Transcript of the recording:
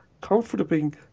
comforting